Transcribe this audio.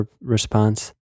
response